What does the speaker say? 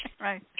Right